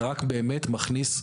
אלא רק באמת מכניס,